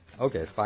Okay